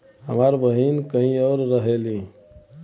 हमार बहिन कहीं और रहेली